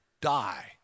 die